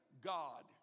God